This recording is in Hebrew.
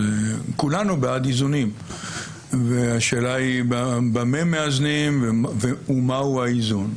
כולנו בעד איזונים והשאלה היא במה מאזנים ומהו האיזון.